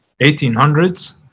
1800s